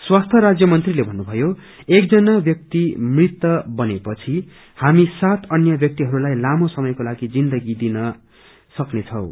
स्वास्थ्य राज्य मंत्रीले भन्नुभयो एकजना व्याक्ति मृत बनेपछि हामी सात अन्य व्याक्तिहरूलाई लामो समयको लागि जिन्दगी दिन सक्ने छौं